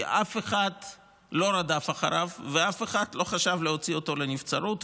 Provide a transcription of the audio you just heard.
כי אף אחד לא רדף אחריו ואף אחד לא חשב להוציא אותו לנבצרות.